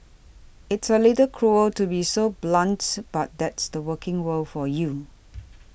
it's a little cruel to be so blunts but that's the working world for you